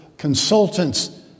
consultants